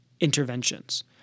interventions